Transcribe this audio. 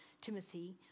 Timothy